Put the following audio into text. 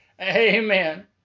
Amen